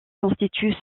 constituent